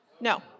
No